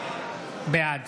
בעד